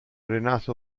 renato